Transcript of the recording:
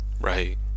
Right